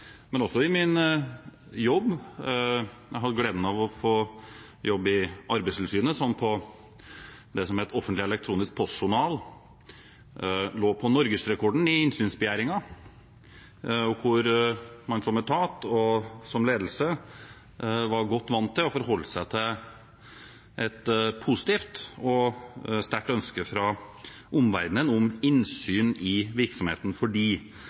Jeg hadde også gleden av å få jobbe i Arbeidstilsynet, som i Offentlig elektronisk postjournal hadde norgesrekorden i innsynsbegjæringer, og der man som etat og som ledelse var godt vant til å forholde seg til et positivt og sterkt ønske fra omverdenen om innsyn i virksomheten. For